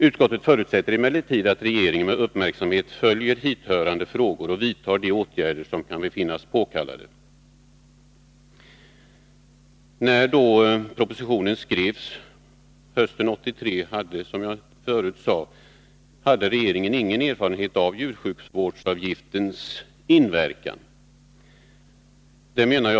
Utskottet förutsätter emellertid att regeringen med uppmärksamhet följer hithörande frågor och vidtar de åtgärder som kan befinnas påkallade.” När propositionen skrevs hösten 1982 hade regeringen, som jag nämnde, ingen erfarenhet av djursjukvårdsavgiftens inverkan på djursjukvården.